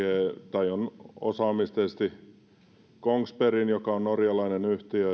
on osaomisteisesti kongsbergin joka on norjalainen